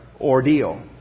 ordeal